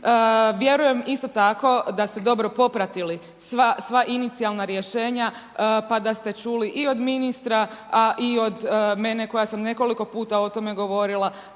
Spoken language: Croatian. Vjerujem isto tako da ste dobro popratili sva inicijalna rješenja pa da ste čuli i od ministra a i od mene koja sam nekoliko puta o tome govorila